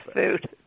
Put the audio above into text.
food